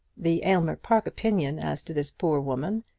the aylmer park opinion as to this poor woman,